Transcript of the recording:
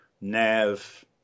nav